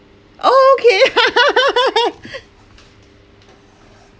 oh okay